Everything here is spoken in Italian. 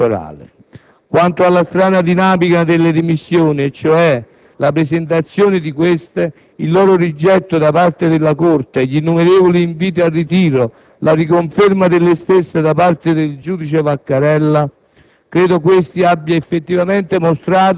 dei *referendum* concernenti la materia elettorale. Quanto alla stretta dinamica delle dimissioni e cioè la presentazione di queste, il loro rigetto da parte della Corte, gli innumerevoli inviti al ritiro, la riconferma delle stesse da parte del giudice Vaccarella,